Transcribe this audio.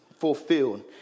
fulfilled